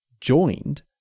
joined